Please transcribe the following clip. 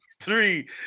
three